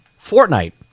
Fortnite